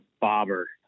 bobber